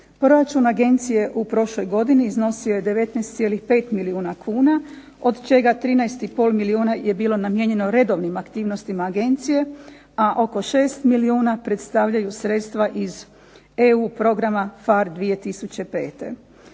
Proračun agencije u prošloj godini iznosio je 19,5 milijuna kuna, od čega 13 i pol milijuna je bilo namijenjeno redovnim aktivnostima agencije, a oko 6 milijuna predstavljaju sredstva iz EU programa PHARE 2005.